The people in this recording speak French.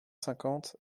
cinquante